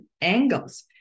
angles